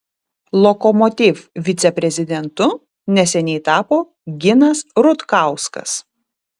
lokomotiv viceprezidentu neseniai tapo ginas rutkauskas